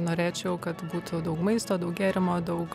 norėčiau kad būtų daug maisto gėrimo daug